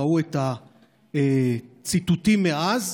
ראו את הציטוטים מאז,